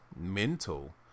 mental